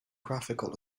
graphical